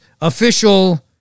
official